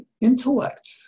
intellect